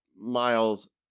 Miles